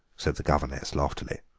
said the governess loftily.